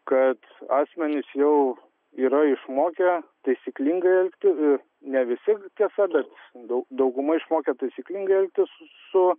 kad asmenys jau yra išmokę taisyklingai elgtis ne visi tiesa bet daug dauguma išmokę taisyklingai elgtis su